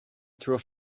through